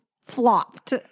flopped